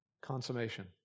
consummation